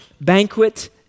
banquet